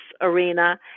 arena